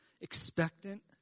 Expectant